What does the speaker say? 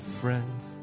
friends